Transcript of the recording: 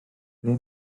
ble